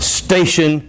station